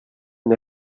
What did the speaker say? and